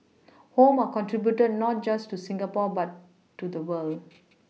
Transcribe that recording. home are contributed not just to Singapore but to the world